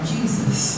Jesus